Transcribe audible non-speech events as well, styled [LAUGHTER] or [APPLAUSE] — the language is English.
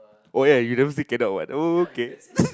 oh ya you now still cannot what okay [LAUGHS]